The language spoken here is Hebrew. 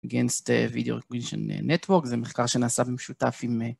אגנסט וידאו [?..קווישן] נטוורק, זה מחקר שנעשה במשותף עם